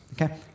okay